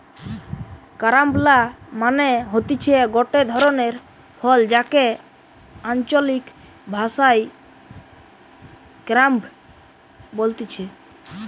carambola মানে হতিছে গটে ধরণের ফল যাকে আঞ্চলিক ভাষায় ক্রাঞ্চ বলতিছে